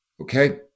okay